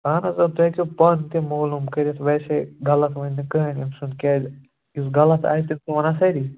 اَہَن حظ تُہۍ ہٮ۪کِو پانہٕ تہِ معلوٗم کٔرِتھ ویسے غلط وَنہِ نہٕ کٕہیٖنٛۍ أمۍ سُنٛد کیٛازِ یُس غلط آسہِ تٔمۍ سُنٛد وَنان سٲری